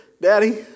Daddy